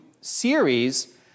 series